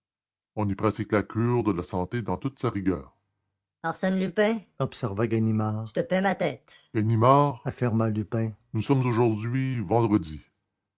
on y pratique la cure de santé dans toute sa rigueur arsène lupin observa ganimard vous vous payez ma tête ganimard affirma lupin nous sommes aujourd'hui vendredi